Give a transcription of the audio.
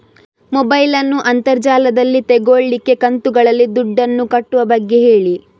mobile ನ್ನು ಅಂತರ್ ಜಾಲದಲ್ಲಿ ತೆಗೋಲಿಕ್ಕೆ ಕಂತುಗಳಲ್ಲಿ ದುಡ್ಡನ್ನು ಕಟ್ಟುವ ಬಗ್ಗೆ ಹೇಳಿ